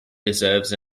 deserves